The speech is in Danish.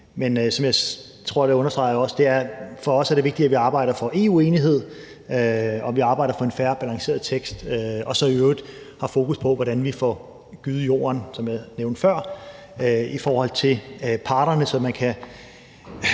Men som jeg tror jeg også understregede, er det for os vigtigt, at vi arbejder for EU-enighed, og at vi arbejder for en fair og balanceret tekst og så i øvrigt har fokus på, hvordan vi får gødet jorden, som jeg nævnte før, i forhold til parterne, så man kan